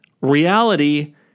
Reality